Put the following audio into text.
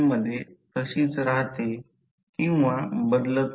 तर सामान्यत प्रत्यक्षात जर I बदल तर म्हणून भार करणे देखील भार बदलते